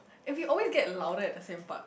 and we always get louder at the same part